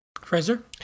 Fraser